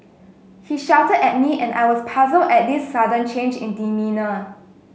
he shouted at me and I was puzzled at this sudden change in demeanour